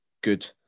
good